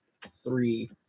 three